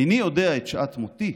איני יודע את שעת מותי,